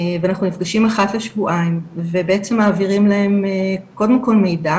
ואנחנו נפגשים אחת לשבועיים ובעצם מעבירים להם קודם כל מידע,